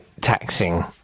taxing